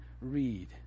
read